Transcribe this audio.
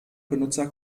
benutzer